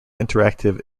interactive